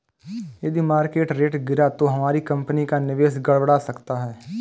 यदि market rate गिरा तो हमारी कंपनी का निवेश गड़बड़ा सकता है